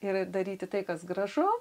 ir daryti tai kas gražu